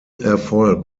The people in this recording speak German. erfolg